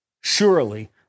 surely